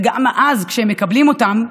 וגם אז, כשהם מקבלים אותו,